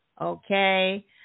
okay